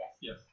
Yes